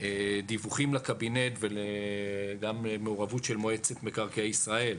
דיווח לקבינט הדיור ומעורבות מועצת מקרקעי ישראל).